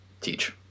teach